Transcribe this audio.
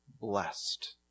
blessed